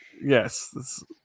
Yes